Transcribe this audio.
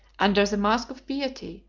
under the mask of piety,